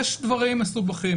יש דברים מסובכים,